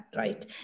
right